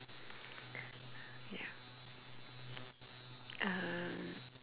ya um